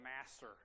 master